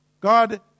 God